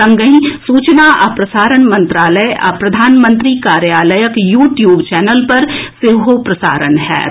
संगहि सूचना आ प्रसारण मंत्रालय आओर प्रधानमंत्री कार्यालयक यू ट्यूब चैनल पर सेहो प्रसारण होयत